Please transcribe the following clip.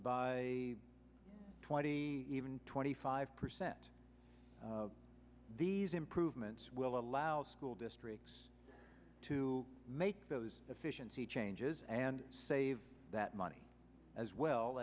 by twenty even twenty five percent these improvements will allow school districts to make those efficiency changes and save that money as well